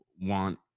want